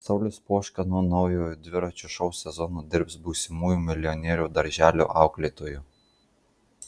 saulius poška nuo naujojo dviračio šou sezono dirbs būsimųjų milijonierių darželio auklėtoju